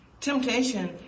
Temptation